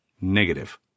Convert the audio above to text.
Negative